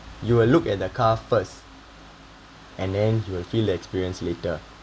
you will look at the car first and then you will feel the experience later